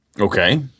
Okay